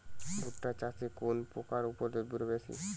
ভুট্টা চাষে কোন পোকার উপদ্রব বেশি?